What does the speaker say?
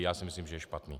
Já si myslím, že je špatný.